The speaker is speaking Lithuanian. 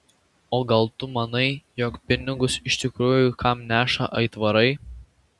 o gal tu manai jog pinigus iš tikrųjų kam neša aitvarai